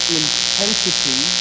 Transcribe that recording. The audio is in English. intensity